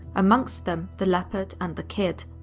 amongst them the leopard and the kid.